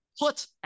Put